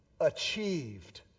achieved